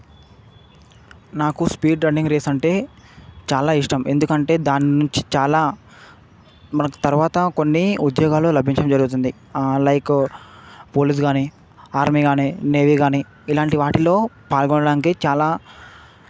నాకు speed running race అంటే చాలా ఇష్టం ఎందుకంటే దాని నుంచి చాలా మనకు తర్వాత కొన్ని ఉద్యోగాలు లభించడం జరుగుతుంది లైక్ పోలీస్ కాని ఆర్మీ కాని నేవీ కాని ఇలాంటి వాటిల్లో పాల్గొనడానికి చాలా